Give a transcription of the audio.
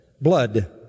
blood